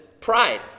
pride